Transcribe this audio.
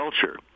culture